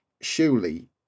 surely